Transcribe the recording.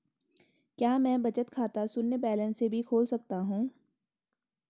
क्या मैं बचत खाता शून्य बैलेंस से भी खोल सकता हूँ?